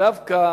שדווקא